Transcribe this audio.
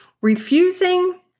Refusing